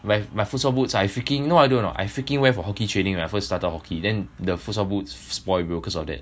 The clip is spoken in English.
like my futsal boots I freaking know what I do not I freaking wear for hockey training when I first started hockey then the futsal boots spoil bro cause of that